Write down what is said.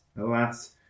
alas